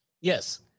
Yes